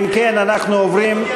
אם כן, אנחנו עוברים,